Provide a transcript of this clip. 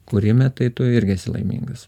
kūrime tai tu irgi esi laimingas